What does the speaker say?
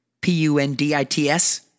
P-U-N-D-I-T-S